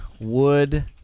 Wood